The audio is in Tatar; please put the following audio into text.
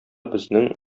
безнең